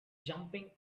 jumping